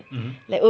mmhmm